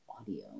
audio